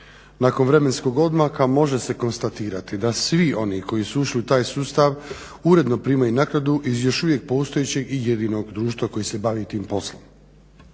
Nakon vremenskog odmaka može se konstatirati da svi oni koji su ušli u taj sustav uredno primaju naknadu iz još uvijek postojećeg i jedinog društva koji se bavi tim poslom.